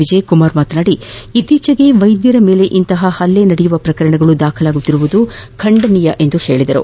ವಿಜಯಕುಮಾರ್ ಮಾತನಾಡಿ ಇತ್ತೀಚೆಗೆ ವೈದ್ಯರ ಮೇಲೆ ಇಂತಹ ಹಲ್ಲೆ ಪ್ರಕರಣಗಳು ದಾಖಲಾಗುತ್ತಿರುವುದು ಖಂಡನೀಯವಾಗಿದೆ ಎಂದರು